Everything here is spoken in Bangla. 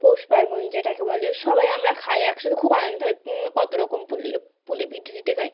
পৌষ পার্বণ যেটাকে বলে সবাই আমরা খাই একসাতে খুব আনন্দ হয় কত রকম পুলি পুলি পিঠে টিটে খাই